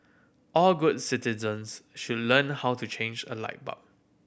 all good citizens should learn how to change a light bulb